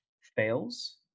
fails